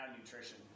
nutrition